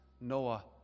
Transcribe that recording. Noah